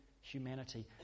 humanity